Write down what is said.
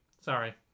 sorry